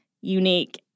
unique